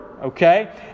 okay